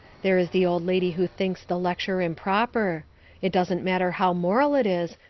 there is the old lady who thinks the lecture improper it doesn't matter how moral it is,